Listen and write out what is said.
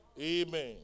Amen